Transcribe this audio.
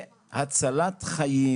והצלת חיים,